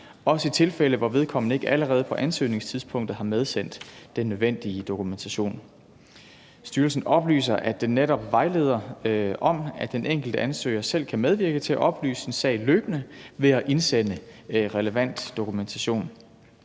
også i tilfælde, hvor vedkommende ikke allerede på ansøgningstidspunktet har medsendt den nødvendige dokumentation. Styrelsen oplyser, at den netop vejleder om, at den enkelte ansøger selv kan medvirker til at oplyse sin sag løbende ved at indsende relevant dokumentation.